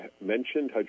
mentioned